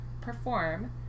perform